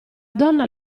donna